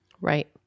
Right